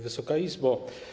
Wysoka Izbo!